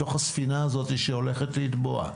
בתוך הספינה הזאת שהולכת לטבוע.